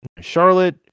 Charlotte